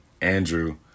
andrew